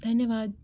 धन्यवाद